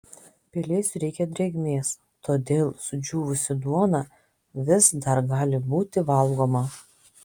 pelėsiui reikia drėgmės todėl sudžiūvusi duona vis dar gali būti valgoma